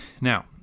Now